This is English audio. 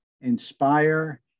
inspire